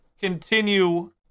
continue